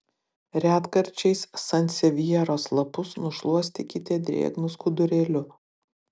retkarčiais sansevjeros lapus nušluostykite drėgnu skudurėliu